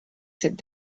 cette